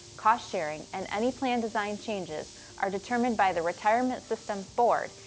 cost sharing, and any plan design changes are determined by the retirement system's board,